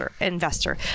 investor